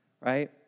right